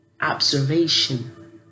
observation